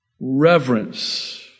reverence